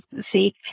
see